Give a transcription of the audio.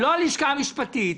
הלשכה המשפטית,